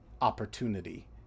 Opportunity